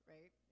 Right